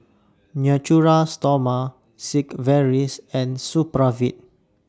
Natura Stoma Sigvaris and Supravit